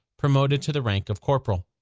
promoted to the rank of corporal.